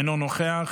אינו נוכח,